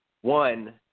one